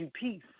peace